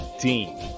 team